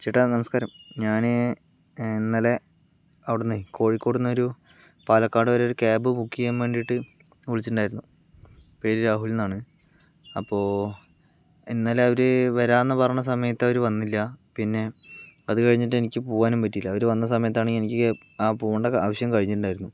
ചേട്ടാ നമസ്കാരം ഞാൻ ഇന്നലെ അവിടെ നിന്ന് കോഴിക്കോടു നിന്ന് ഒരു പാലക്കാട് വരെ ഒരു കേബ് ബുക്ക് ചെയ്യാൻ വേണ്ടിയിട്ട് വിളിച്ചിട്ടുണ്ടായിരുന്നു പേര് രാഹുൽ എന്നാണ് അപ്പോൾ ഇന്നലെ അവർ വരാമെന്നു പറഞ്ഞ സമയത്ത് അവർ വന്നില്ല പിന്നെ അത് കഴിഞ്ഞിട്ട് എനിക്ക് പോവാനും പറ്റിയില്ല അവർ വന്ന സമയത്ത് ആണെങ്കിൽ എനിക്ക് ആ പോകേണ്ട ആവശ്യം കഴിഞ്ഞിട്ടുണ്ടായിരുന്നു